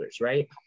right